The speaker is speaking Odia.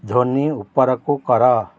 ଧ୍ୱନି ଉପରକୁ କର